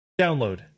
Download